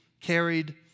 carried